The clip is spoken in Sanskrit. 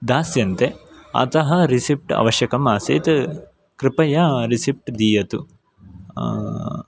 दास्यन्ते अतः रिसिप्ट् अवश्यकम् आसीत् कृपया रिसिप्ट् दीयतु